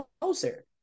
closer